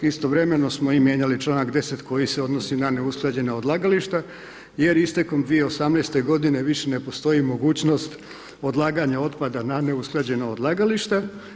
Istovremeno smo i mijenjali članak 10. koji se odnosi na neusklađena odlagališta jer istekom 2018. godine više ne postoji mogućnost odlaganja otpada na neusklađena odlagališta.